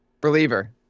Believer